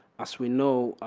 as we know,